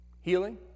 healing